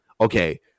okay